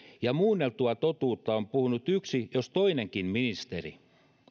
ja muunneltua totuutta on puhunut yksi jos toinenkin ministeri